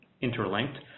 interlinked